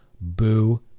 boo